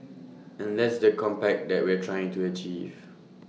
and that's the compact that we're trying to achieve